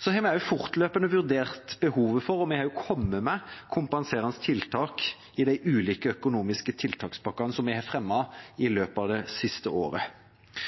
Vi har også fortløpende vurdert behovet for, og vi har også kommet med, kompenserende tiltak i de ulike økonomiske tiltakspakkene som vi har fremmet i løpet av det siste året.